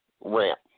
ramp